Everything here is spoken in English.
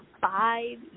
five